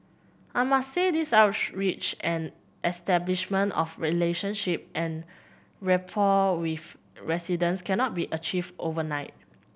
I must say these outreach and establishment of relationship and rapport with residents cannot be achieved overnight